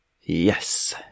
Yes